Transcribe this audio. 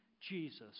Jesus